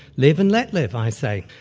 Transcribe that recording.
live and let live, i say.